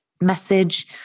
message